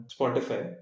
Spotify